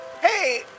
Hey